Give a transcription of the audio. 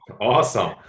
Awesome